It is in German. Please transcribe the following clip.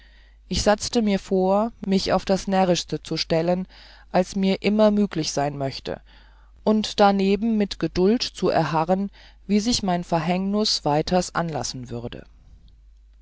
ich satzte mir vor mich auf das närrischte zu stellen als mir immer müglich sein möchte und darneben mit geduld zu erharren wie sich mein verhängnus weiters anlassen würde